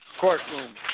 Courtroom